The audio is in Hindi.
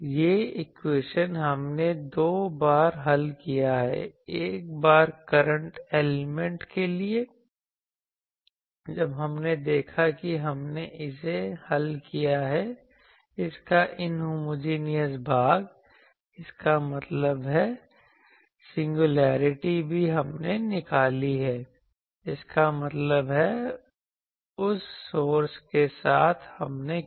यह इक्वेशन हमने दो बार हल किया है एक बार करंट एलिमेंट के लिए जब हमने देखा कि हमने इसे हल किया है इसका इन्होमोजेनियस भाग इसका मतलब है सिंगुलेरिटी भी हमने निकाली है इसका मतलब है उस सोर्स के साथ हमने किया